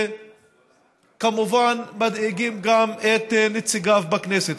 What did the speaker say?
וכמובן מדאיגים גם את נציגיו בכנסת.